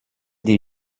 die